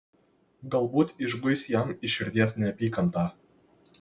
galbūt išguis jam iš širdies neapykantą